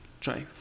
try